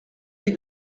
des